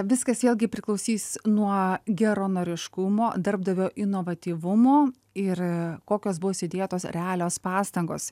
viskas vėlgi priklausys nuo geranoriškumo darbdavio inovatyvumo ir kokios bus įdėtos realios pastangos